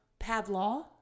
Pavlov